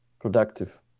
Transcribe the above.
productive